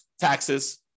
taxes